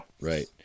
Right